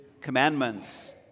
commandments